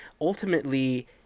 ultimately